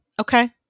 Okay